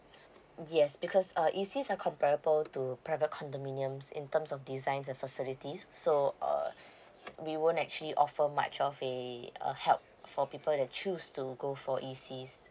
yes because uh E_Cs are comparable to private condominiums in terms of designs and facilities so uh we won't actually offer much of a uh help for people that choose to go for E_Cs